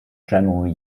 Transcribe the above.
generally